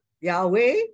Yahweh